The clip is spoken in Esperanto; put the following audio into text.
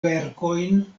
verkojn